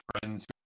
friends